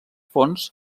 fonts